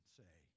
say